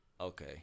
Okay